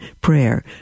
prayer